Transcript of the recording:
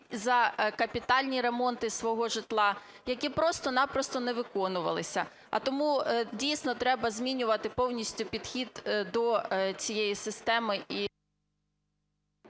за капітальні ремонти свого житла, які просто-на-просто не виконувалися. А тому, дійсно, треба змінювати повністю підхід до цієї системи